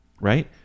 right